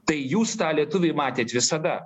tai jūs tą lietuviai matėt visada